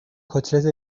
کتلت